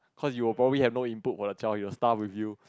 cause you will probably have no input for the child he will starve with you